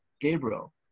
Gabriel